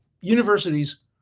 universities